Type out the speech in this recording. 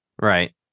Right